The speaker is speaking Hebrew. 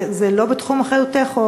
זה לא בתחום אחריותך?